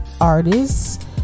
artists